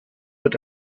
mit